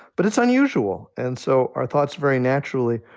but it's unusual. and so our thoughts, very naturally,